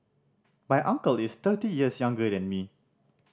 my uncle is thirty years younger than me